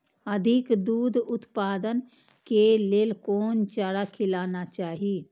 अधिक दूध उत्पादन के लेल कोन चारा खिलाना चाही?